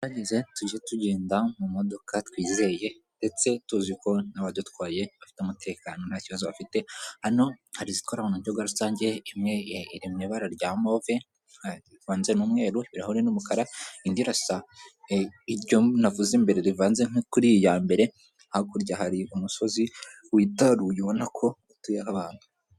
Tugerageze tujye tugenda mu modoka twizeye, ndetse tuzi ko n'abadutwaye bafite umutekano nta kibazo bafite, hano hari izitwra mu buryo rusange, imwe iri mu ibara rya move, rivanze n'umweru ibirahure n'umukara, indi irasa iryo navuze mbere rivanze nko kuri iyi ya mbere, hakurya hari umusozi witaruye ubona ko utuyeho abantu.